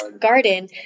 garden